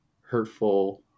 hurtful